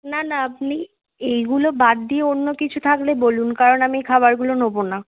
না না আপনি এইগুলো বাদ দিয়ে অন্য কিছু থাকলে বলুন কারণ আমি এই খাবারগুলো নেব না